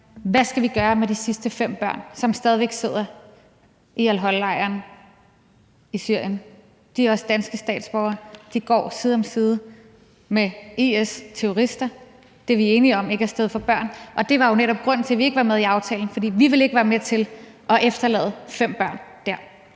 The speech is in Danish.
vi skal gøre med de sidste fem børn, som stadig væk sidder i al-Hol-lejren i Syrien. De er også danske statsborgere. De går side om side med IS-terrorister, og det er vi enige om ikke er et sted for børn. Det var jo netop grunden til, at vi ikke var med i aftalen, for vi ville ikke være med til at efterlade fem børn dér.